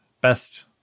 best